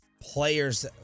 players